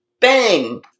Bang